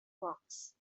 works